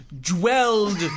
dwelled